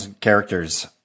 characters